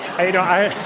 i